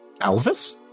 Alvis